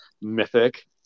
mythic